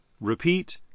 repeat